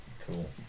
Cool